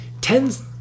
tens